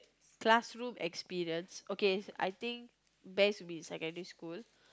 classroom experience okay best be secondary school